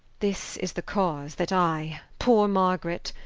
this is the cause that i, poore margaret,